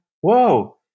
whoa